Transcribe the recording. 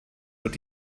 wird